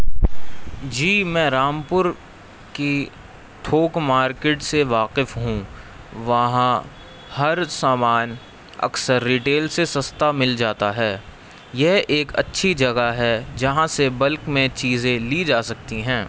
جی میں رامپور کی تھوک مارکیٹ سے واقف ہوں وہاں ہر سامان اکثر ریٹیل سے سستا مل جاتا ہے یہ ایک اچھی جگہ ہے جہاں سے بلک میں چیزیں لی جا سکتی ہیں